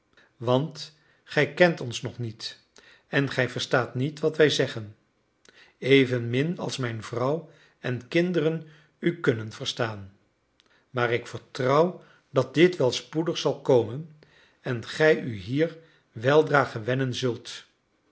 want gij kent ons nog niet en gij verstaat niet wat wij zeggen evenmin als mijn vrouw en kinderen u kunnen verstaan maar ik vertrouw dat dit wel spoedig zal komen en gij u hier weldra gewennen zult